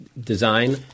Design